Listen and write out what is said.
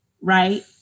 right